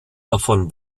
davon